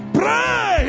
pray